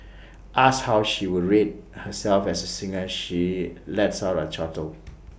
asked how she would rate herself as A singer she lets out A chortle